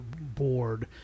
board